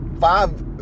five